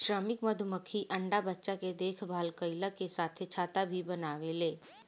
श्रमिक मधुमक्खी अंडा बच्चा के देखभाल कईला के साथे छत्ता भी बनावेले